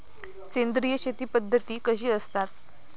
सेंद्रिय शेती पद्धत कशी असता?